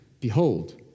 Behold